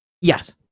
Yes